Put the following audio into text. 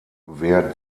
wer